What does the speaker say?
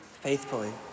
faithfully